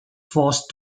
forced